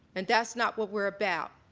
and that's not what we're about.